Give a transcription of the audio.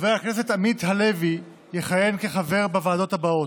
חבר הכנסת עמית הלוי יכהן כחבר בוועדות האלה: